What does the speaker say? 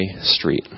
street